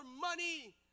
money